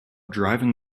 driving